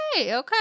Okay